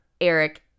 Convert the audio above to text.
Eric